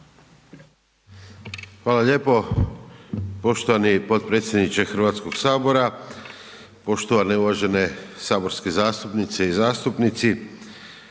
vam lijepo poštovani gospodine predsjedniče Hrvatskoga sabora. Poštovane zastupnice i zastupnici,